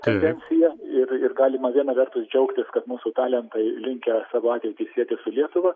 tendencija ir ir galima viena vertus džiaugtis kad mūsų talentai linkę savo ateitį sieti su lietuva